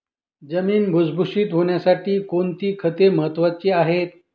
जमीन भुसभुशीत होण्यासाठी कोणती खते महत्वाची आहेत?